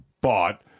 bought